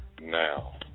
now